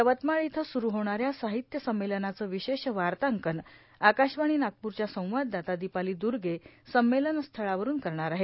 उद्यापासून यवतमाळ इथं सुरू होणाऱ्या साहित्य संमेलनाचं विशेष वार्तांकन आकाशवाणी नागपूरच्या संवाददाता दीपाली दुर्गे संमेलन स्थळावरून करणार आहेत